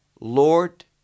lord